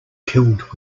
killed